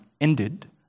ended